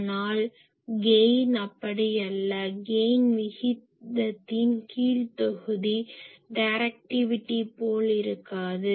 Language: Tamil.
ஆனால் கெயின் அப்படி அல்ல கெயின் விகிதத்தின் கீழ் தொகுதி டைரெக்டிவிட்டி போல் இருக்காது